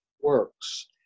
works